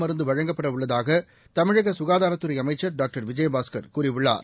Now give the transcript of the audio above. மருந்துவழங்கப்படஉள்ளதாகதமிழகசுகாதாரத்துறைஅமைச்சள் doctor Vijayabaskar கூறியுள்ளார்